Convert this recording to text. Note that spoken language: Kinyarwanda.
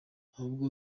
ahubwo